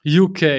UK